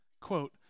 quote